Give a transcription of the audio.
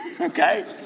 Okay